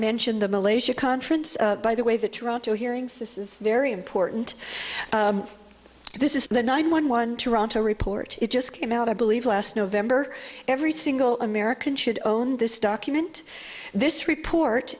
mentioned the malaysia conference by the way the toronto hearings this is very important this is the nine one one toronto report it just came out i believe last november every single american should own this document this report